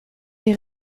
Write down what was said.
des